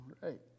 Right